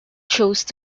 chose